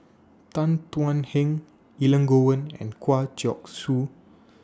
Tan Thuan Heng Elangovan and Kwa Geok Choo